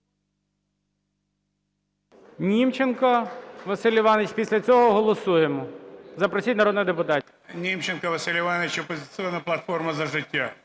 Німченко Василь Іванович, "Опозиційна платформа - За життя".